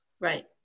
Right